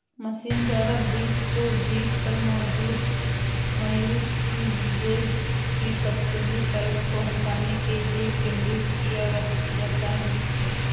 machine द्वारा बीज को बीज पर मौजूद म्यूसिलेज की पतली परत को हटाने के लिए किण्वित किया जाता है